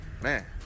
man